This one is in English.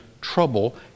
trouble